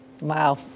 wow